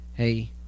hey